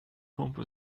pumpe